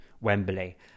Wembley